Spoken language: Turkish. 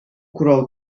kural